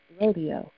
rodeo